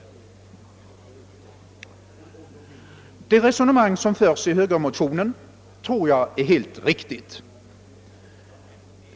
Det resonemang som förs i högermotionen tror jag är helt riktigt.